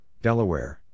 Delaware